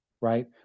right